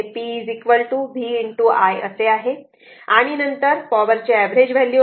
तर हे p v i असे आहे आणि नंतर तसेच पावर ची एव्हरेज व्हॅल्यू आहे